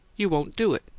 you won't do it?